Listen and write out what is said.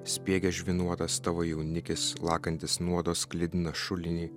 spiegia žvynuotas tavo jaunikis lakantis nuodo sklidiną šulinį